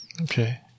Okay